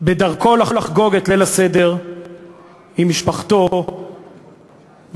בדרכו לחגוג את ליל הסדר עם משפחתו בקריית-ארבע,